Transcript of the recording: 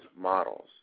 models